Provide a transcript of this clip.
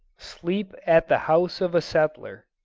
sleep at the house of a settler